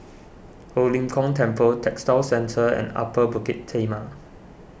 Ho Lim Kong Temple Textile Centre and Upper Bukit Timah